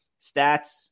stats